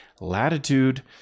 Latitude